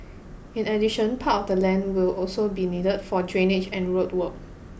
in addition part of the land will also be needed for drainage and road work